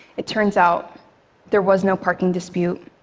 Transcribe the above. it turns out there was no parking dispute.